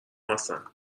هستن